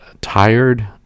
tired